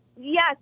yes